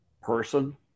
person